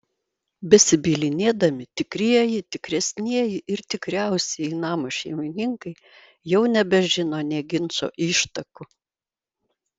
besibylinėdami tikrieji tikresnieji ir tikriausieji namo šeimininkai jau nebežino nė ginčo ištakų